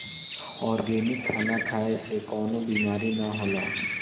organic खाना खाए से कवनो बीमारी ना होला